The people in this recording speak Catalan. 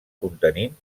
contenint